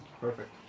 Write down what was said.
Perfect